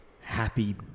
happy